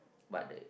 but that